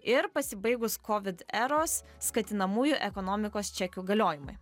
ir pasibaigus covid eros skatinamųjų ekonomikos čekių galiojimui